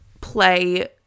play